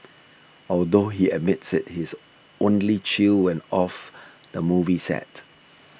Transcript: although he admits he is only chill when off the movie set